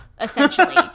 essentially